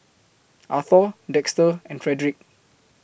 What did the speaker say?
Arthor Dexter and Fredrick